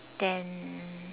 then